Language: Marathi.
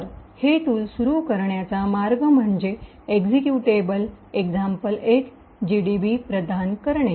तर हे टूल सुरू करण्याचा मार्ग म्हणजे एक्जीक्युटेबल example1 जीडीबी प्रदान करणे